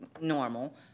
normal